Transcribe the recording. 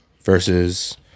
versus